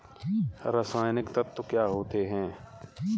रसायनिक तत्व क्या होते हैं?